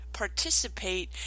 Participate